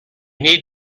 need